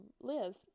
live